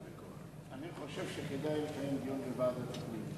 אני חושב שכדאי לקיים דיון בוועדת הפנים.